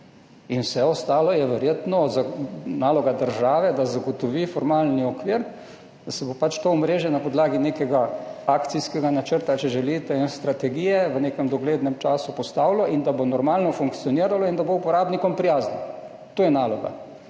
in vse ostalo je verjetno naloga države, da zagotovi formalni okvir, da se bo pač to omrežje postavilo na podlagi nekega akcijskega načrta in strategije v nekem doglednem času in da bo normalno funkcioniralo in da bo uporabnikom prijazno. To je njena